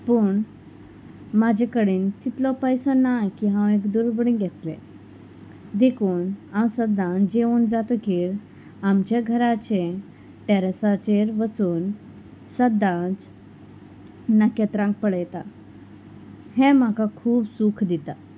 पूण म्हाजे कडेन तितलो पयसो ना की हांव एक दुर्बीण घेतलें देखून हांव सद्दां जेवण जातकीर आमचें घराचें टॅरसाचेर वचून सद्दांच नखेत्रांक पळयता हें म्हाका खूब सूख दिता